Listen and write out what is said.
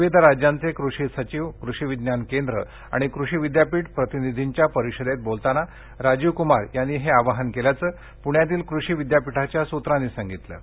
विविध राज्यांचे क्रषी सचिव क्रषी विज्ञान केंद्र आणि क्रषी विद्यापीठ प्रतिनिधींच्या परिषदेत बोलताना राजीव कुमार यांनी हे आवाहन केल्याचं प्ण्यातील कृषी विद्यापीठाच्या सूत्रांनी सांगितलं